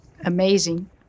amazing